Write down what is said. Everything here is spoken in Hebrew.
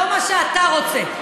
לא מה שאתה רוצה.